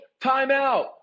timeout